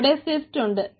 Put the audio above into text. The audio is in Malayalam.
അവിടെ സിഫ്റ്റ് ഉണ്ട്